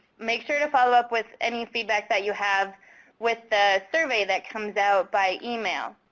make sure to follow up with any feedback that you have with the survey that comes out by email.